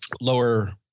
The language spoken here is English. lower